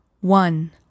one